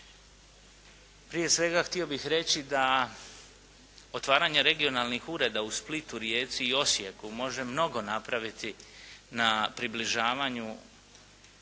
Prije svega, htio bih reći da otvaranje regionalnih ureda u Splitu, Rijeci i Osijeku može mnogo napraviti na približavanju